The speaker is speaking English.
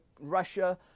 Russia